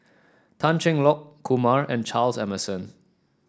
Tan Cheng Lock Kumar and Charles Emmerson